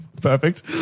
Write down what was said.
Perfect